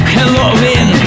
Halloween